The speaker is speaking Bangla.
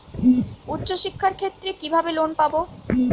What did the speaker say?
উচ্চশিক্ষার ক্ষেত্রে কিভাবে লোন পাব?